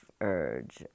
urge